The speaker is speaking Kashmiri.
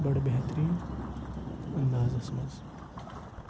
بَڑٕ بہتریٖن اندازس منٛز